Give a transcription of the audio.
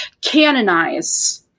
canonize